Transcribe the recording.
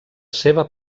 seva